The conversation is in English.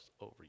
over